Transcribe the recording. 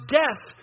death